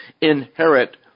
inherit